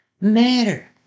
matter